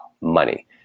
money